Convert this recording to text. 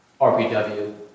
RPW